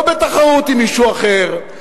לא בתחרות עם מישהו אחר,